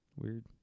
Weird